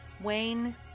Wayne